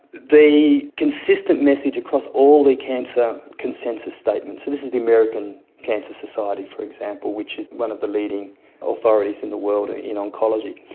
the consistent message across all the cancer consensus statements, so this is the american cancer society for example, which is one of the leading authorities in the world and in oncology,